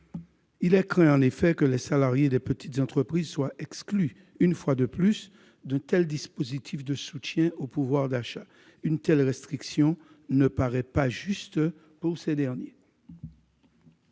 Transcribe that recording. Il est à craindre, en effet, que les salariés des petites entreprises ne soient exclus, une fois de plus, d'un dispositif de soutien au pouvoir d'achat. Une telle restriction ne paraît pas juste. L'amendement